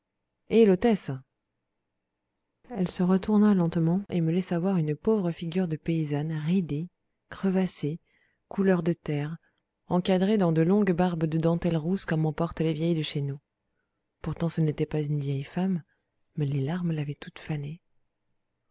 hé l'hôtesse elle se retourna lentement et me laissa voir une pauvre figure de paysanne ridée crevassée couleur de terre encadrée dans de longues barbes de dentelle rousse comme en portent les vieilles de chez nous pourtant ce n'était pas une vieille femme mais les larmes l'avaient toute fanée